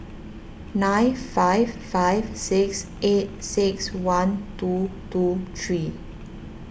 nine five five six eight six one two two three